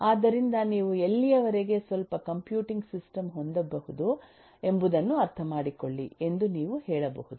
ಆದ್ದರಿಂದ ನೀವು ಎಲ್ಲಿಯವರೆಗೆ ಸ್ವಲ್ಪ ಕಂಪ್ಯೂಟಿಂಗ್ ಸಿಸ್ಟಮ್ ಹೊಂದಬಹುದು ಎಂಬುದನ್ನು ಅರ್ಥಮಾಡಿಕೊಳ್ಳಿ ಎಂದು ನೀವು ಹೇಳಬಹುದು